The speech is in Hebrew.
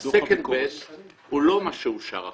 --- ה-second best הוא לא מה שאושר עכשיו.